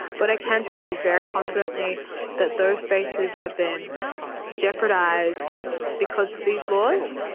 but i can tell you very confidently that those spaces have been jeopardised because of these laws.